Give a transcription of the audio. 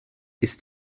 ist